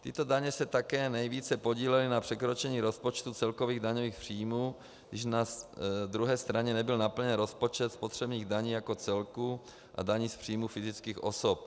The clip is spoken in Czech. Tyto daně se také nejvíce podílely na překročení rozpočtu celkových daňových příjmů, když na druhé straně nebyl naplněn rozpočet spotřebních daní jako celku a daní z příjmů fyzických osob.